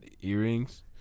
earrings